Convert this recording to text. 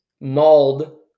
mauled